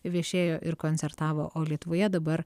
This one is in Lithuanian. viešėjo ir koncertavo o lietuvoje dabar